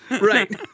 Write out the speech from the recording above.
Right